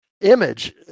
image